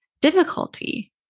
difficulty